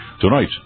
Tonight